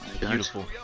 beautiful